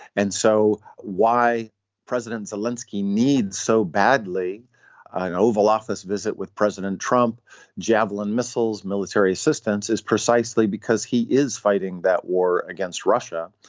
and so why president zelinsky needs so badly an oval office visit with president trump javelin missiles military assistance is precisely because he is fighting that war against russia